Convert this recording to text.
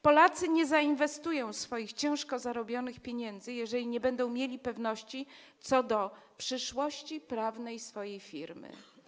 Polacy nie zainwestują swoich ciężko zarobionych pieniędzy, jeżeli nie będą mieli pewności co do przyszłości prawnej swojej firmy.